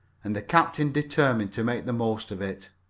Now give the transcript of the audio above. and the captain determined to make the most of it.